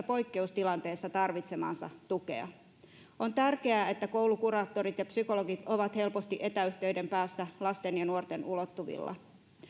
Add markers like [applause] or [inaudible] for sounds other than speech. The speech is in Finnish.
[unintelligible] poikkeustilanteessa tarvitsemaansa tukea on tärkeää että koulukuraattorit ja psykologit ovat helposti etäyhteyden päässä lasten ja nuorten ulottuvilla